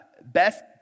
Best